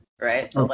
Right